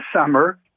summer